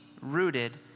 rooted